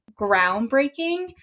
groundbreaking